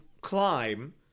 climb